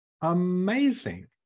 Amazing